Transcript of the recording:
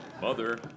Mother